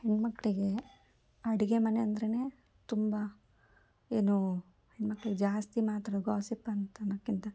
ಹೆಣ್ಣು ಮಕ್ಕಳಿಗೆ ಅಡುಗೆ ಮನೆ ಅಂದ್ರೇ ತುಂಬ ಏನು ಹೆಣ್ಣು ಮಕ್ಕಳು ಜಾಸ್ತಿ ಮಾತಾಡೋ ಗಾಸಿಪ್ ಅಂತ ಅನ್ನೊಕ್ಕಿಂತ